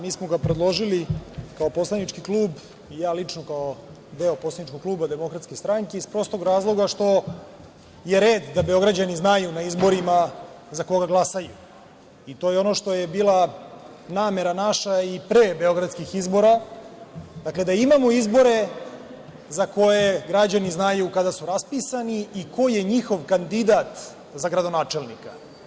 Mi smo ga predložili kao poslanički klub i ja lično kao deo poslaničkog kluba Demokratske stranke iz prostog razloga što je red da Beograđani znaju na izborima za koga glasaju i to je ono što je bila namera naša i pre beogradskih izbora, dakle, da imamo izbore za koje građani znaju kada su raspisani i ko je njihov kandidat za gradonačelnika.